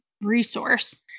resource